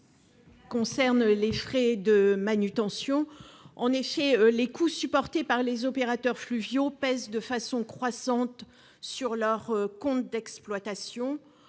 manutention. Les coûts supportés par les opérateurs fluviaux pèsent de façon croissante sur leur compte d'exploitation.